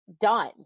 done